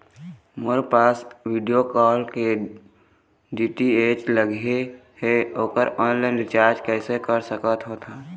मोर पास वीडियोकॉन के डी.टी.एच लगे हे, ओकर ऑनलाइन रिचार्ज कैसे कर सकत होथे?